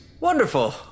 Wonderful